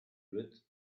rid